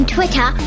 Twitter